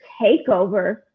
takeover